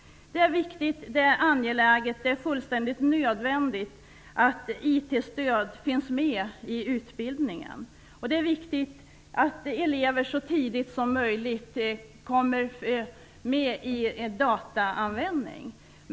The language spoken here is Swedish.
Det är viktigt, det är angeläget, det är fullständigt nödvändigt att IT-stöd finns med i utbildningen, och det är viktigt att elever så tidigt som möjligt kommer med i dataanvändningen.